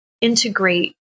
integrate